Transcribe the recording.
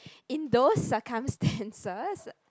in those circumstances